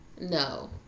No